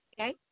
Okay